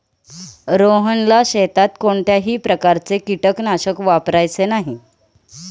रोहनला शेतात कोणत्याही प्रकारचे कीटकनाशक वापरायचे नाही